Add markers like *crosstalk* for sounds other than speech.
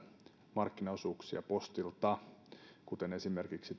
markkinaosuuksia postilta ja viittasi esimerkiksi *unintelligible*